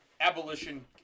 abolition